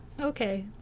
Okay